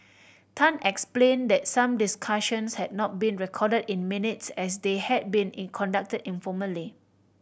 tan explained that some discussions had not been recorded in minutes as they had been in conducted informally